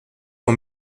son